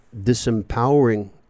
disempowering